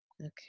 okay